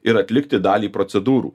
ir atlikti dalį procedūrų